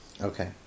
Okay